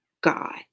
God